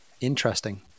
Interesting